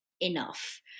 enough